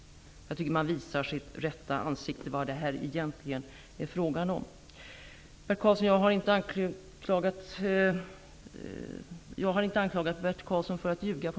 Jag tycker att man visar sitt rätta ansikte här. Jag har inte anklagat Bert Karlsson för att ljuga.